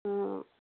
ହୁଁ